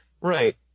Right